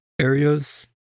areas